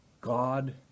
God